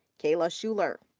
kayla schuyler.